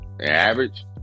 average